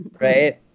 Right